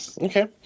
Okay